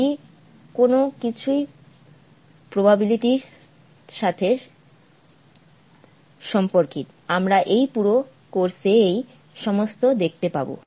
এটি কোন কিছুর প্রোবাবিলিটির সাথে সম্পর্কিত আমরা এই পুরো কোর্স এ এই সমস্ত দেখতে পাব